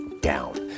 down